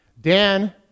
Dan